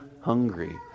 hungry